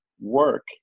work